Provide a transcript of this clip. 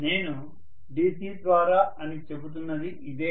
నేను DC ద్వారా అని చెప్తున్నది ఇదే